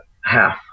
half